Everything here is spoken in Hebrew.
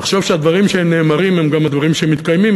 לחשוב שהדברים שנאמרים הם גם הדברים שמתקיימים,